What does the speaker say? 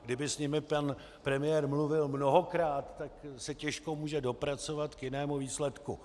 Kdyby s nimi pan premiér mluvil mnohokrát, tak se těžko může dopracovat k jinému výsledku.